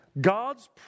God's